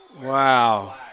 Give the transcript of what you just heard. Wow